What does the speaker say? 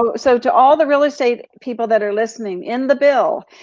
um so, to all the real estate people that are listening in the bill,